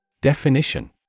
Definition